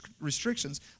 restrictions